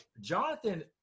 Jonathan